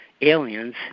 aliens